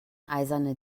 eiserne